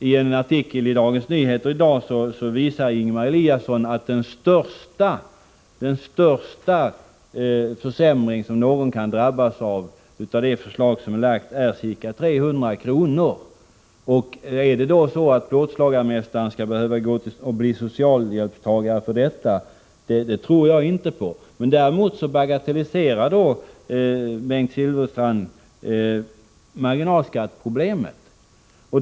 I en artikel i Dagens Nyheter i dag visar Ingemar Eliasson att den största försämring som någon kan drabbas av med det framlagda förslaget är ca 300 kr. Att plåtslagarmästaren skall behöva bli socialhjälpstagare för detta tror jag inte på. Däremot bagatelliserar Bengt Silfverstrand marginalskatteproblemet.